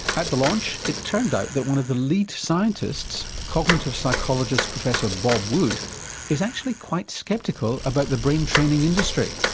at the launch it turned out that one of the elite scientists cognitive psychologist professor bob wood is actually quite sceptical about the brain training industry.